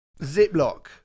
Ziploc